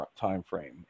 timeframe